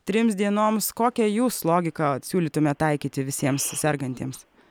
trims dienoms kokią jūs logiką siūlytumėt taikyti visiems sergantiems